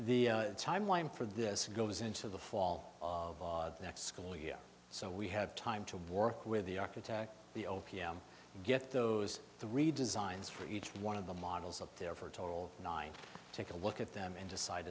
the timeline for this goes into the fall of the next school year so we have time to work with the architect the o p m get those three designs for each one of the models up there for total nine take a look at them and decide